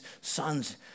sons